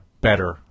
better